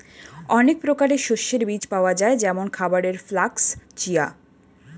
অনেক প্রকারের শস্যের বীজ পাওয়া যায় যেমন খাবারের ফ্লাক্স, চিয়া